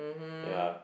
ya